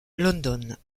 london